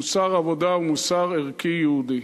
מוסר עבודה ומוסר ערכי יהודי.